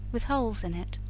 with holes in it.